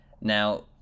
now